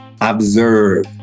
Observe